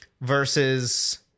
versus